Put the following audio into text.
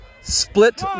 Split